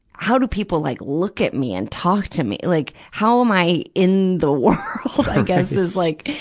how do people like look at me and talk to me? like, how am i in the world, i guess is like,